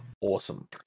awesome